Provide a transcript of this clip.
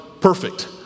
perfect